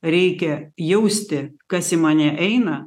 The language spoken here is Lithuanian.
reikia jausti kas į mane eina